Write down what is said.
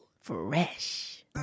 Fresh